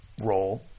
role